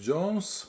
Jones